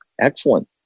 Excellent